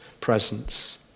presence